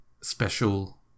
special